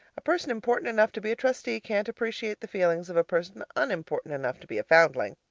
a person important enough to be a trustee can't appreciate the feelings of a person unimportant enough to be a foundling.